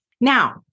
Now